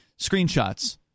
screenshots